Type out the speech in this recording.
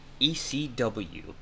ECW